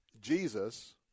Jesus